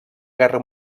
guerra